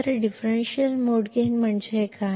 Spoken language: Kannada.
ಆದ್ದರಿಂದ ಡಿಫರೆನ್ಷಿಯಲ್ ಮೋಡ್ ಗೈನ್ ಎಂದರೇನು